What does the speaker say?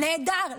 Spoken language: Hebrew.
נהדר.